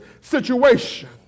situation